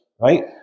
Right